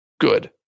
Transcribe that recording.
good